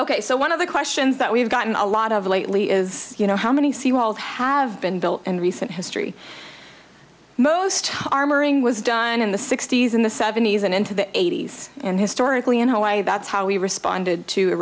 ok so one of the questions that we've gotten a lot of lately is you know how many seewald have been built in recent history most armoring was done in the sixty's in the seventies and into the eighty's and historically in hawaii that's how we responded to